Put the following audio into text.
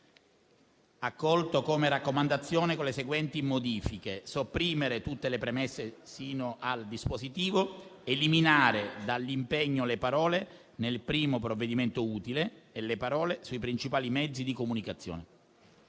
a condizione che siano accolte le seguenti modifiche: sopprimere tutte le premesse sino al dispositivo ed eliminare dall'impegno le parole: «nel primo provvedimento utile» e le parole: «sui principali mezzi di comunicazione».